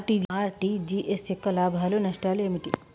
RTGS యొక్క లాభాలు నష్టాలు ఏమిటి?